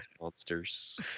monsters